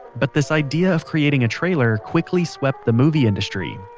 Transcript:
but, this idea of creating a trailer quickly swept the movie industry.